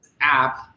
app